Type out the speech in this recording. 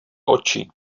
oči